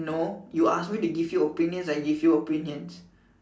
no you ask me to give you opinions I give you opinions